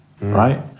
right